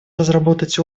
разработать